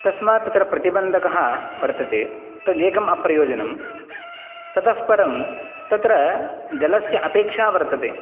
तस्मात् तत्र प्रतिबन्धकः वर्तते तद् एकम् अप्रयोजनं ततः परं तत्र जलस्य अपेक्षा वर्तते